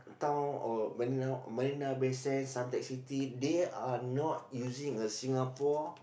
town or Marina Marina Bay Sands Suntec City they are not using a Singapore